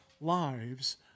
lives